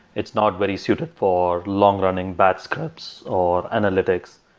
it's not very suited for long-running bad scripts or analytics.